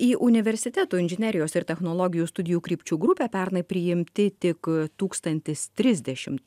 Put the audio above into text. į universiteto inžinerijos ir technologijų studijų krypčių grupę pernai priimti tik tūkstantis trisdešimt